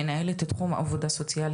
מנהלת תחום שירות